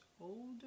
older